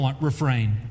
refrain